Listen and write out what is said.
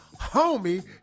homie